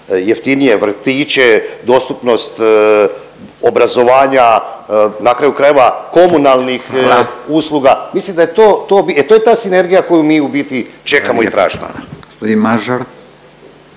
jeftinije vrtiće, dostupnost obrazovanja, na kraju krajeva komunalnih …/Upadica Radin: Hvala./… usluga, mislim da je to, e to je ta sinergija koju mi u biti čekamo …/Upadica Radin: